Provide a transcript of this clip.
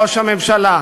ראש הממשלה,